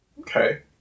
Okay